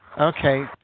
Okay